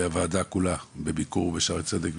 הוועדה כולה בביקור בשערי צדק,